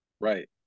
Right